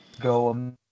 go